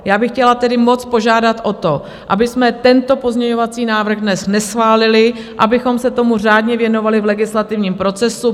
Já bych chtěla tedy moc požádat o to, abychom tento pozměňovací návrh dnes neschválili, abychom se tomu řádně věnovali v legislativním procesu.